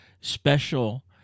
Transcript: special